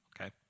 Okay